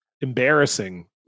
embarrassing